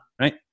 Right